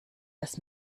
das